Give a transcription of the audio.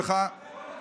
בשבילך, תתבייש לך.